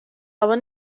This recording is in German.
aber